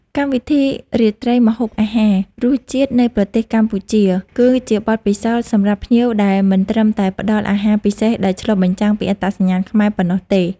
កម្មវិធីរាត្រីម្ហូបអាហារ “រសជាតិនៃប្រទេសកម្ពុជា” គឺជាបទពិសោធន៍សម្រាប់ភ្ញៀវដែលមិនត្រឹមតែផ្តល់ អាហារពិសេសដែលឆ្លុះបញ្ចាំងពីអត្តសញ្ញាណខ្មែរប៉ុណ្ណោះទេ